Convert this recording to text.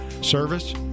Service